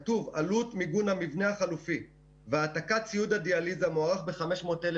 כתוב: עלות מיגון המבנה החלופי והעתקת ציוד הדיאליזה המוערך ב-500,000